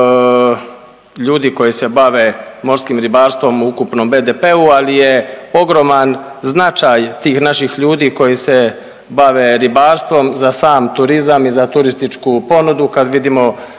ljudi koji se bave morskim ribarstvom u ukupnom BDP-u, ali je ogroman značaj tih naših ljudi koji se bave ribarstvom za sam turizam i za turističku ponudu kad vidimo